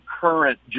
current